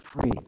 free